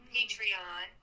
Patreon